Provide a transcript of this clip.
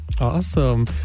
awesome